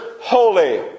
holy